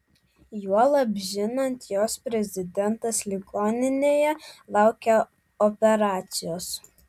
juolab žinant jog prezidentas ligoninėje laukia operacijos